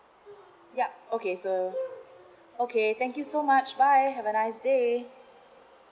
yup okay so okay thank you so much bye have a nice day